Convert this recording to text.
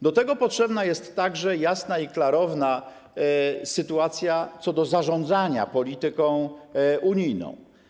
Do tego potrzebna jest także jasna i klarowna sytuacja co do zarządzania polityką unijną.